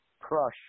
Crush